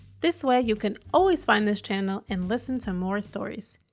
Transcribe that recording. this way you can always find this channel and listen to more stories.